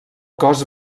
cos